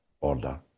order